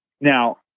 Now